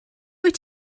wyt